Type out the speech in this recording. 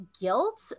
guilt